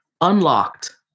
unlocked